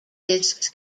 discs